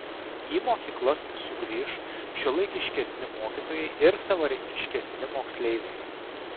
į mokyklas sugrįš šiuolaikiškesni mokytojai ir savarankiškesni moksleiviai